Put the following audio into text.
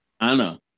Anna